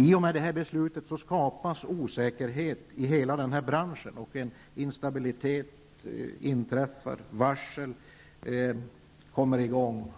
I och med detta beslut skapas osäkerhet i hela branschen, instabilitet inträffar, och det kommer varsel.